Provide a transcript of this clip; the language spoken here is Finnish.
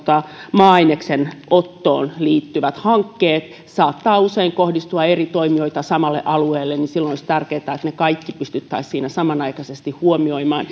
maa aineksen ottoon liittyvät hankkeet saattavat usein kohdistua eri toimijoille samalle alueelle ja silloin olisi tärkeätä että ne kaikki pystyttäisiin siinä samanaikaisesti huomioimaan